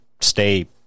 stay